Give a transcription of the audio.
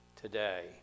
today